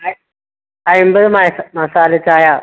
അത് അൻപത് മയ്സ് മസാലച്ചായ